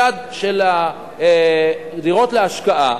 מדד של הדירות להשקעה,